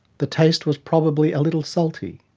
the taste was probably a little salty,